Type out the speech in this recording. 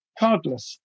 cardless